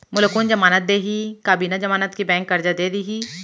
मोला कोन जमानत देहि का बिना जमानत के बैंक करजा दे दिही?